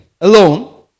alone